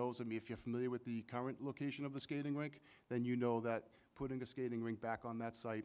knows i mean if you're familiar with the current location of the skating rink then you know that putting a skating rink back on that site